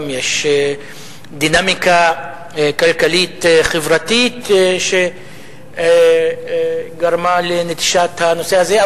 וגם יש גם דינמיקה כלכלית חברתית שגרמה לנטישת הנושא הזה.